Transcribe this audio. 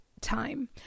time